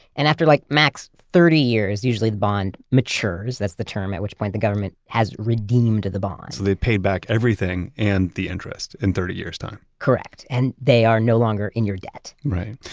and after like max thirty years, usually the bond matures, that's the term, at which point the government has redeemed the bonds they pay back everything and the interest in thirty years' time? correct, and they are no longer in your debt right,